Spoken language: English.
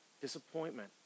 Disappointment